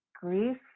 grief